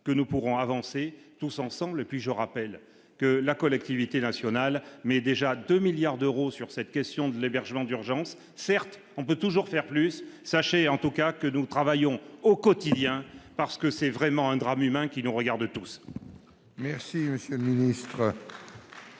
que nous pourrons avancer tous ensemble et puis je rappelle que la collectivité nationale mais déjà 2 milliards d'euros sur cette question de l'hébergement d'urgence, certes, on peut toujours faire plus, sachez en tout cas que nous travaillons au quotidien parce que c'est vraiment un drame humain qui nous regarde tous. Merci monsieur ministre.